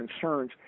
concerns